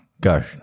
Go